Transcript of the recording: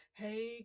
hey